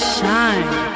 shine